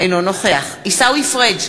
אינו נוכח עיסאווי פריג'